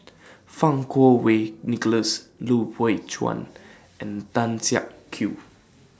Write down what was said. Fang Kuo Wei Nicholas Lui Pao Chuen and Tan Siak Kew